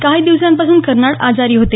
काही दिवसांपासून कर्नाड आजारी होते